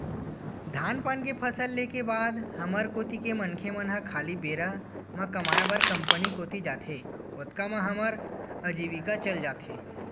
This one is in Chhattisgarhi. धान पान के फसल ले के बाद हमर कोती के मनखे मन ह खाली बेरा म कमाय बर कंपनी कोती जाथे, ओतका म हमर अजीविका चल जाथे